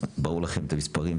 ברור לכם את המספרים,